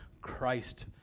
Christ